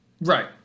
Right